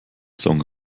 song